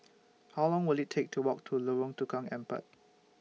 How Long Will IT Take to Walk to Lorong Tukang Empat